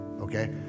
okay